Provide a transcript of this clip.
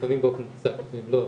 לפעמים באופן מוצדק ולפעמים לא,